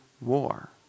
war